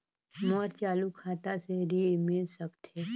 मोर चालू खाता से ऋण मिल सकथे?